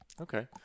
Okay